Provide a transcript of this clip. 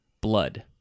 Blood